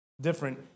different